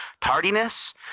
tardiness